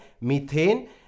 methane